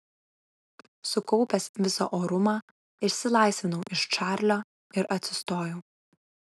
sukaupęs visą orumą išsilaisvinau iš čarlio ir atsistojau